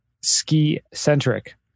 ski-centric